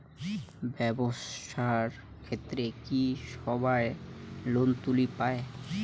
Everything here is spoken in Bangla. ব্যবসার ক্ষেত্রে কি সবায় লোন তুলির পায়?